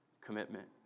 commitment